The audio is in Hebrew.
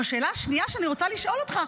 השאלה השנייה שאני רוצה לשאול אותך: